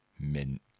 Mint